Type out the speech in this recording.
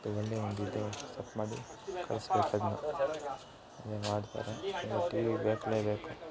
ಒಳ್ಳೆ ಒಂದು ಇದು ಸೆಟ್ ಮಾಡಿ ಕಳ್ಸ್ಬೇಕು ಅದನ್ನು ಏನು ಮಾಡ್ತಾರೆ ಇನ್ನೂ ಟಿವಿ ಬೇಕಲೇ ಬೇಕು